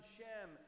Shem